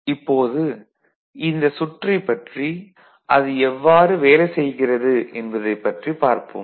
இப்போது இந்த சுற்றைப் பற்றி அது எவ்வாறு வேலை செய்கிறது என்பதைப் பற்றி பார்ப்போம்